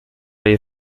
les